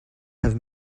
have